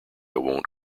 won’t